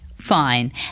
fine